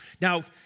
Now